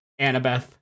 Annabeth